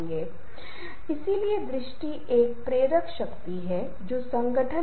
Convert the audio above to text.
संचार के माध्यम से हम संबंध कैसे सक्रिय कर सकते हैं